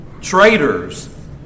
Traitors